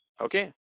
okay